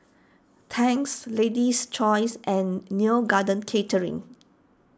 Tangs Lady's Choice and Neo Garden Catering